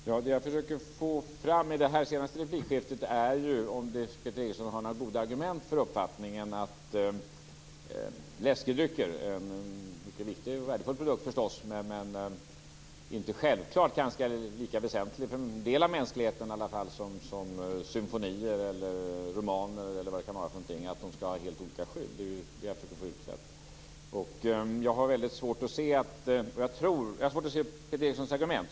Herr talman! Det som jag försöker få fram i det här senaste replikskiftet är om Peter Eriksson har några goda argument för uppfattningen att läskedrycker, som förstås är en mycket viktig och värdefull produkt, men inte självklart lika väsentlig för åtminstone en del av mänskligheten som symfonier, romaner osv., skall ha ett helt annat skydd än de senare. Det är det som jag vill få utrett. Jag har svårt att se Peter Erikssons argument.